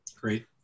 Great